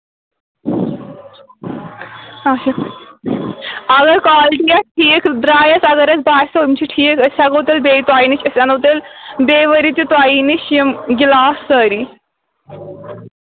آچھا اَگر کالٹی اَسہِ ٹھیٖک درٛاے اَسہِ اَگر اَسہِ باسیو یِم چھِ ٹھیٖک أسۍ ہٮ۪کَو تیٚلہِ بیٚیہِ توہہِ نِش أسۍ اَنو تیٚلہِ بیٚیہِ ؤری تہِ تۄہی نِش یِم گِلاس سٲری